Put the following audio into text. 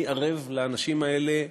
אני ערב לאנשים האלה בראשי.